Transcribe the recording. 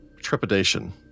trepidation